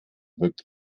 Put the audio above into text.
wirkt